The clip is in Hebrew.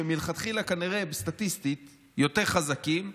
שהם מלכתחילה סטטיסטית יותר חזקים כנראה.